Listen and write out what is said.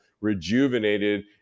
rejuvenated